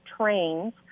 trains